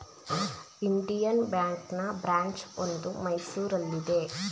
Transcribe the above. Indian ಬ್ಯಾಂಕ್ನ branch ಒಂದು ಮೈಸೂರಲ್ಲಿದೆ